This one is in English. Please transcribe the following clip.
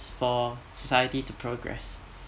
for society to progress